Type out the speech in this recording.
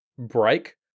break